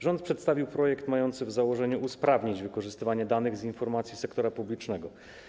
Rząd przedstawił projekt mający w założeniu usprawnić wykorzystywanie danych, informacji sektora publicznego.